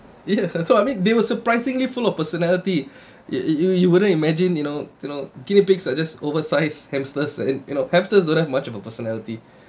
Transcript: ya so I mean they were surprisingly full of personality it you you wouldn't imagine you know you know guinea pigs are just oversized hamsters and hamsters don't have much of a personality